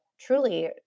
truly